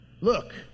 Look